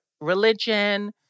religion